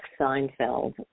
Seinfeld